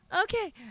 Okay